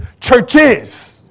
churches